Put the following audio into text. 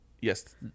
Yes